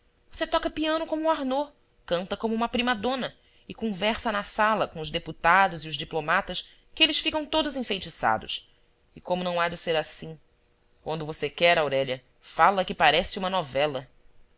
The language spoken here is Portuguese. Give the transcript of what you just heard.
você toca piano como o arnaud canta como uma prima-dona e conversa na sala com os deputados e os diplomatas que eles ficam todos enfeitiçados e como não há de ser assim quando você quer aurélia fala que parece uma novela